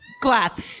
glass